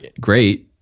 great